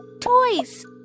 Toys